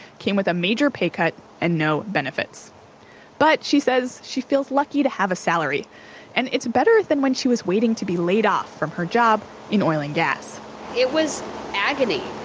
came with a major pay cut and no benefits but, she said, she feels lucky to have a salary and it's better than when she was waiting to be laid off from her job in oil and gas it was agony,